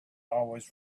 always